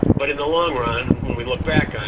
but in the long run, when we look back on